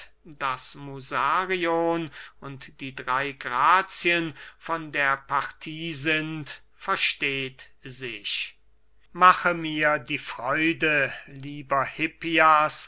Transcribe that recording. daß musarion und die drey grazien von der partie sind versteht sich mache mir die freude lieber hippias